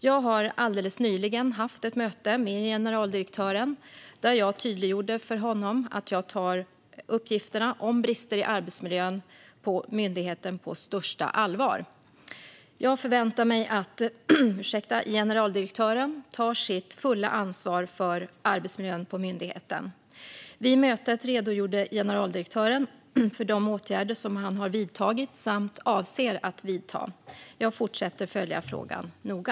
Jag har alldeles nyligen haft ett möte med generaldirektören där jag tydliggjorde för honom att jag tar uppgifterna om brister i arbetsmiljön på myndigheten på största allvar. Jag förväntar mig att generaldirektören tar sitt fulla ansvar för arbetsmiljön på myndigheten. Vid mötet redogjorde generaldirektören för de åtgärder som han har vidtagit samt avser att vidta. Jag fortsätter att följa frågan noga.